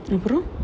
அப்புறம்:appuram